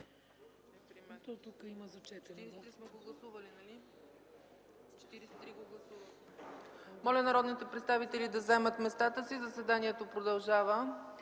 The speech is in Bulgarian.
Моля народните представители да заемат местата си – заседанието продължава.